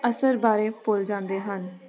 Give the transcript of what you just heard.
ਅਸਰ ਬਾਰੇ ਭੁੱਲ ਜਾਂਦੇ ਹਨ